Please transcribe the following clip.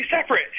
separate